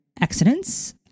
accidents